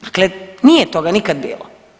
Dakle, nije toga nikad bilo.